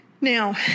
Now